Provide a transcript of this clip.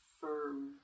firm